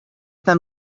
them